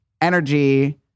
energy